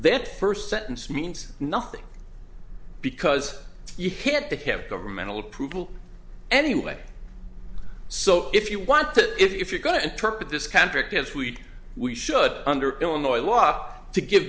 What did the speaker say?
that first sentence means nothing because you hit the hip governmental approval anyway so if you want to if you're going to interpret this contract as we we should under illinois law ought to give